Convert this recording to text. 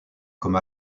comme